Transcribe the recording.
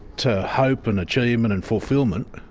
to hope and achievement and fulfilment,